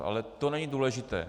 Ale to není důležité.